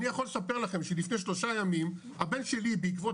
אני יכול לספר לכם שלפני שלושה ימים הבן שלי בעקבות